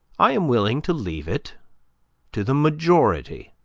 i am willing to leave it to the majority.